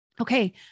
Okay